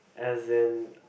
as in